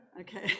okay